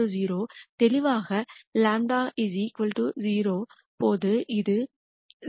0 தெளிவாக δ 0 போது இது 0 ஆக இருக்கும்